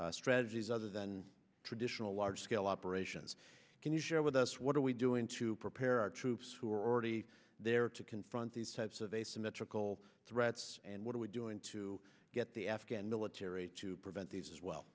devices strategies other than traditional large scale operations can you share with us what are we doing to prepare our troops who are already there to confront these types of asymmetrical threats and what are we doing to get the afghan military to prevent these as well